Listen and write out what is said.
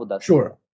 Sure